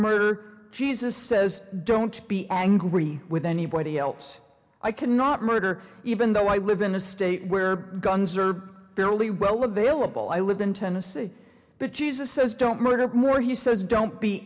murder jesus says don't be angry with anybody else i cannot murder even though i live in a state where guns are fairly well available i live in tennessee but jesus says don't murder more he says don't be